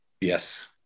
yes